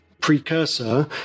precursor